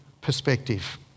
perspective